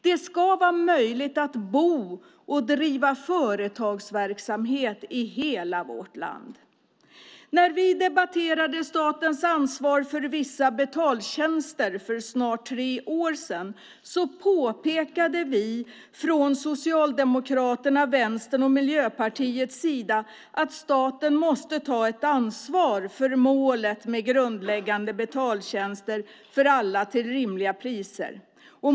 Det ska vara möjligt att bo och driva företagsverksamhet i hela vårt land. När vi debatterade statens ansvar för vissa betaltjänster för snart tre år sedan påpekade vi från Socialdemokraternas, Vänsterns och Miljöpartiets sida att staten måste ta ett ansvar för målet med grundläggande betaltjänster för alla till rimliga priser.